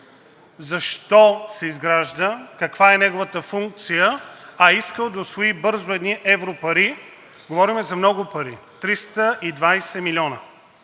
защо се изгражда, каква е неговата функция, а е искал да усвои бързо едни европари, говорим за много пари – 320 милиона